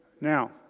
Now